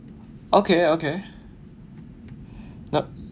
okay okay nope